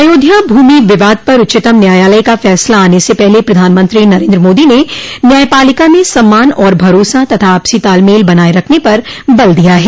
अयोध्या भूमि विवाद पर उच्चतम न्यायालय का फैसला आने से पहले प्रधानमंत्री नरेन्द्र मोदी ने न्यायपालिका में सम्मान और भरोसा तथा आपसी तालमेल बनाए रखने पर बल दिया है